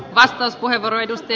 arvoisa puhemies